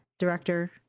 director